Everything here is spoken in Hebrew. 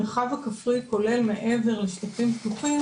המרחב הכפרי כולל מעבר לשטחים פתוחים,